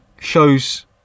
Shows